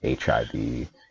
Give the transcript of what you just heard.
HIV